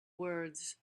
words